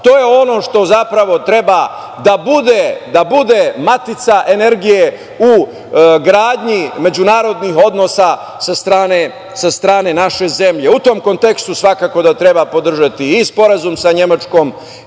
To je ono što zapravo treba da bude matica energije u gradnji međunarodnih odnosa sa strane naše zemlje.U tom kontekstu svakako da treba podržati i sporazum sa Nemačkom